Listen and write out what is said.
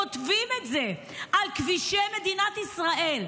כותבים את זה על כבישי מדינת ישראל,